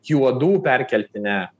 juodų perkeltine